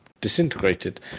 disintegrated